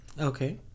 Okay